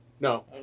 No